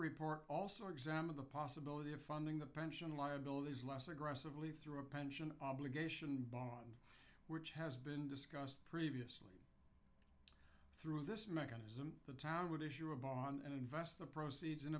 report also examine the possibility of funding the pension liabilities less aggressively through a pension obligation bond which has been discussed previously through this mechanism the town would issue a bond and invest the proceeds in